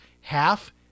half